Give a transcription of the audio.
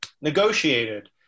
negotiated